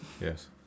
Yes